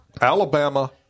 Alabama